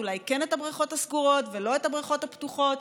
אולי כן את הבריכות הסגורות ולא את הבריכות הפתוחות?